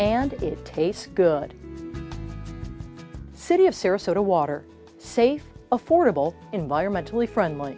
and it tastes good city of sarasota water safe affordable environmentally friendly